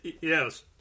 Yes